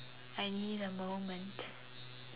I need a moment